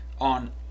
on